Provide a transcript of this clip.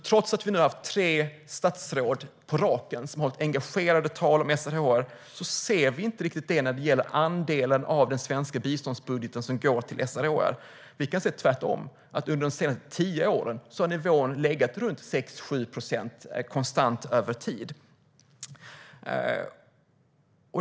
Trots att vi nu har haft tre statsråd på raken som har hållit engagerade tal om SRHR ser vi inte att andelen av den svenska biståndsbudgeten som går till SRHR ökar. Tvärtom ser vi att nivån under de senaste tio åren har legat på mellan 6 och 7 procent, konstant över tid.